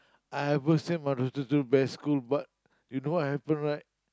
I almost send my daughter to best school but you know what happen right